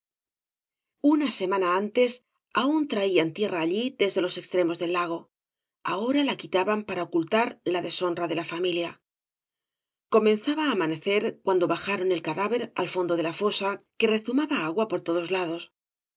una semana antes aun traían tierra allí desde todos los extremos del lago ahora la quitaban para ocultar la deshonra de la familia comenzaba á amanecer cuando bajaron el cadáver al fondo de la fosa que rezumaba agua por todos lados